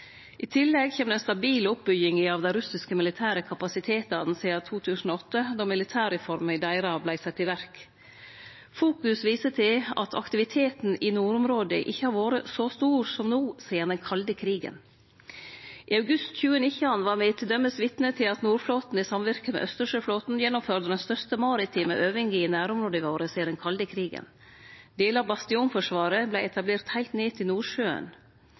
I tillegg kjem den stabile oppbygginga av dei russiske militære kapasitetane sidan 2008, då militærreforma deira vart sett i verk. Fokus viser til at aktiviteten i nordområda ikkje har vore så stor som no sidan den kalde krigen. I august 2019 var me t.d. vitne til at Nordflåten i samvirke med Austersjøflåten gjennomførte den største maritime øvinga i nærområda våre sidan den kalde krigen. Delar av bastionforsvaret vart etablert heilt ned til Nordsjøen.